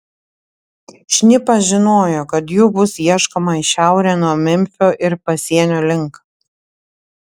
šnipas žinojo kad jų bus ieškoma į šiaurę nuo memfio ir pasienio link